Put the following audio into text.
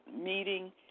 meeting